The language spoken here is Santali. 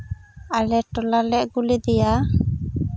ᱟᱞᱮ ᱴᱚᱞᱟ ᱨᱮᱞᱮ ᱟᱹᱜᱩ ᱞᱮᱫᱟᱭᱟ